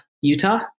Utah